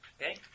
Okay